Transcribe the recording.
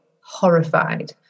horrified